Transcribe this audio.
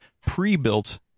pre-built